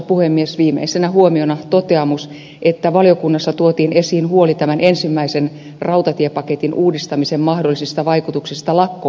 viimeisenä huomiona toteamus että valiokunnassa tuotiin esiin huoli tämän ensimmäisen rautatiepaketin uudistamisen mahdollisista vaikutuksista lakko oikeuteen